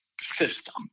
system